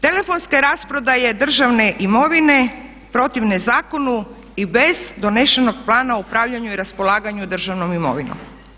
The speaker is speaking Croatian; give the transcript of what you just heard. Telefonske rasprodaje državne imovine protivne zakonu i bez donesenog plana o upravljanju i raspolaganju državnom imovinu.